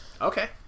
Okay